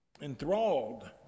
enthralled